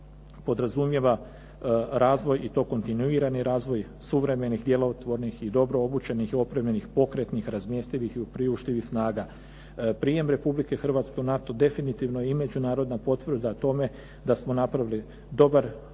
podrazumijeva razvoj i to kontinuirani razvoj suvremenih, djelotvornih i dobro obučenih, opremljenih, pokretnih, razmjestivih i …/Govornik se ne razumije./… snaga. Prijem Republike Hrvatske u NATO definitivno je i međunarodna potvrda tome da smo napravili dobar